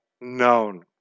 known